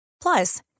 Plus